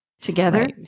together